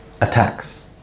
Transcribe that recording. attacks